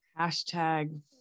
hashtag